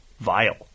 vile